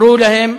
ואמרו להם: